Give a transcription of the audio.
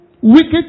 wicked